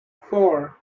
four